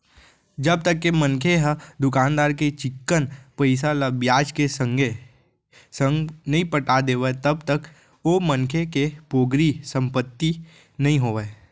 जब तक के मनखे ह दुकानदार के चिक्कन पइसा ल बियाज के संगे संग नइ पटा देवय तब तक ओ मनखे के पोगरी संपत्ति नइ होवय